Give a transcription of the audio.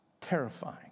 terrifying